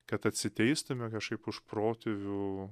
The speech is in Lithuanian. kad atsiteistume kažkaip už protėvių